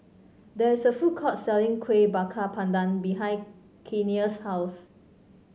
there is a food court selling Kuih Bakar Pandan behind Kenia's house